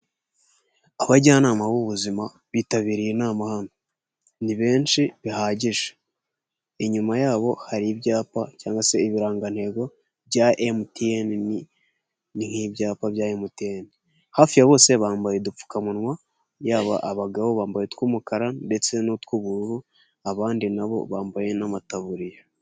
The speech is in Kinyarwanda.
Abajyanama b'ubuzima bitabiriye inama ni benshi bihagije, inyuma yabo hari ibyapa cyangwa se ibirangantego bya emutiyene ni nk'ibyapa bya emutiyene, hafi ya bose bambaye udupfukamunwa yaba abagabo bambaye utwu mukara ndetse n'utw'ubururu abandi nabo bambaye n'amataburiya.